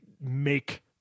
make